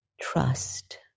trust